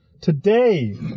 today